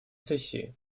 сессии